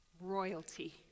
royalty